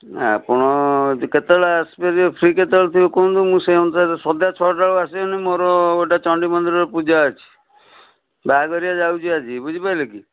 ଆପଣ କେତେବେଳେ ଆସି ପାରିବେ ଫ୍ରି କେତେବେଳେ ଥିବେ କୁହନ୍ତୁ ମୁଁ ସେଇ ଅନୁସାରେ ସନ୍ଧ୍ୟା ଛଅଟା ବେଳେ ଆସିବେନି ମୋର ଗୋଟେ ଚଣ୍ଡି ମନ୍ଦିରରେ ପୂଜା ଅଛି ବାହାଘରିଆ ଯାଉଛି ଆଜି ବୁଝି ପାରିଲେ କି